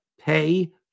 pay